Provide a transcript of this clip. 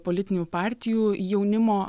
politinių partijų jaunimo